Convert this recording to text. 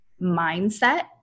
mindset